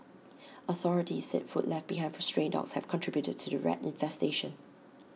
authorities said food left behind for stray dogs have contributed to the rat infestation